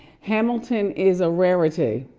hamilton is a rarity.